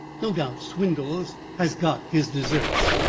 no doubt swindells has got his deserts.